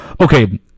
Okay